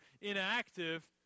inactive